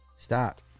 Stop